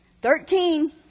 thirteen